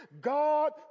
God